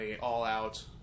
all-out